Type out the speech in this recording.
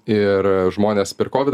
ir žmonės per kovidą